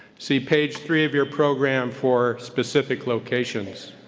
see page three of your program for specific locations.